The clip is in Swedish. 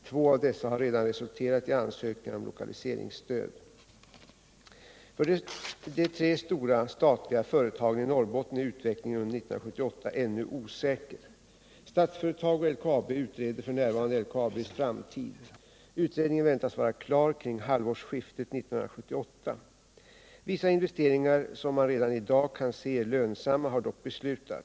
Två av dessa har redan resulterat i ansökningar om lokaliseringsstöd. För de tre stora statliga företagen i Norrbotten är utvecklingen under 1978 ännu osäker. Statsföretag och LKAB utreder f. n. LKAB:s framtid. Utredningen väntas vara klar kring halvårsskiftet 1978. Vissa investeringar som man redan i dag kan se är lönsamma har dock beslutats.